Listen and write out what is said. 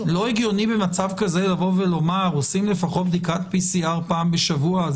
לא הגיוני במצב כזה לבוא ולומר שעושים לפחות בדיקת PCR פעם בשבוע?